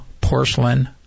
porcelain